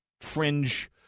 fringe